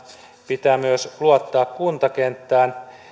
pitää myös luottaa kuntakenttään